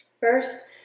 First